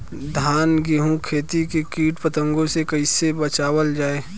धान गेहूँक खेती के कीट पतंगों से कइसे बचावल जाए?